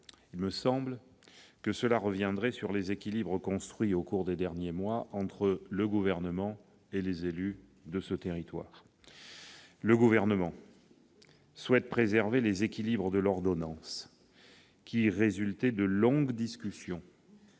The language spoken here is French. me semble-t-il, sur les équilibres construits au cours des derniers mois entre le Gouvernement et les élus de ce territoire. Le Gouvernement souhaite préserver les équilibres de l'ordonnance, qui sont le résultat de longues discussions